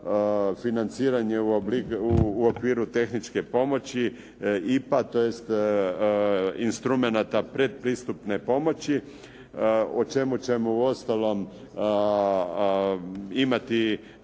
… odnosno u okviru tehničke pomoći IPA, tj. instrumenata predpristupne pomoći o čemu ćemo u ostalom imati